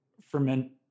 ferment